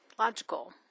logical